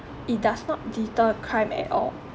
it does not deter crime at all